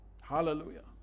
Hallelujah